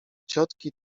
ciotki